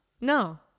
no